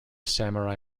samurai